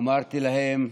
אמרתי להם: